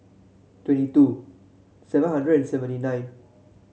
twenty two seven hundred and seventy nine